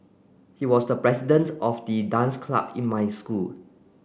he was the president of the dance club in my school